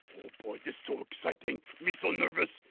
boy, this so exciting. me so nervous.